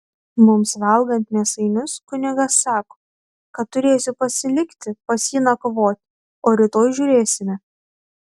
mums valgant mėsainius kunigas sako kad turėsiu pasilikti pas jį nakvoti o rytoj žiūrėsime